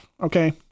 okay